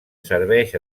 serveix